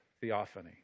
theophany